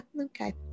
okay